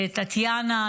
טטיאנה,